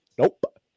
Nope